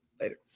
Later